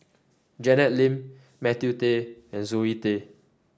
Janet Lim Matthew Tap and Zoe Tay